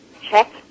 Check